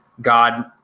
God